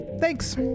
thanks